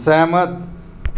सैह्मत